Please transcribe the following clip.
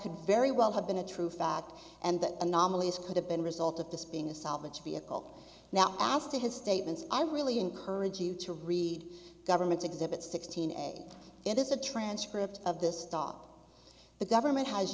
could very well have been a true fact and the anomaly is could have been result of this being a salvage vehicle now after his statements i really encourage you to read government exhibit sixteen a it is a transcript of this stop the government has